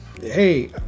Hey